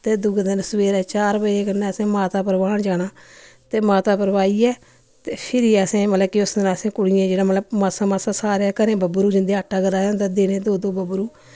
ते दूए दिन सवेरै चार बजे कन्नै असें माता परवान जाना ते माता परवाइयै ते फिरि असें मतलब कि उसदिन असें कुड़ियें गी जेह्ड़ा मतलब मास्सा मास्सा सारें घरें बब्बरू जन्दे आटा ग्राहे दा होंदा देने दो दो बब्बरू